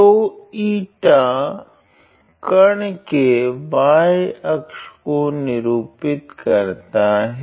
तो η कण के y अक्ष को निरुपित करता है